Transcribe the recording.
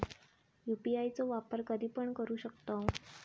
UPI चो वापर कधीपण करू शकतव?